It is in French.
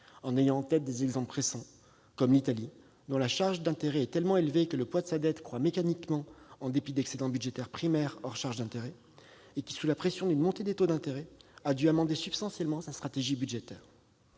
J'ai en tête des exemples récents, tel celui de l'Italie, dont la charge d'intérêt est si élevée que le poids de sa dette croît mécaniquement, en dépit d'excédents budgétaires primaires hors charge d'intérêt, et qui, sous la pression d'une montée des taux d'intérêt, a dû amender substantiellement sa stratégie budgétaire.